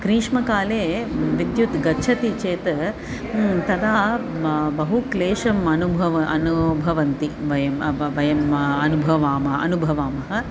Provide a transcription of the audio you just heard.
ग्रीष्मकाले विद्युत् गच्छति चेत् तदा म बहु क्लेशम् अनुभव अनुभवन्ति वयं वयं अनुभवामः अनुभवामः